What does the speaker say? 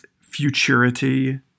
futurity